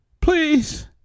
Please